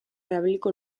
erabiliko